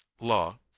law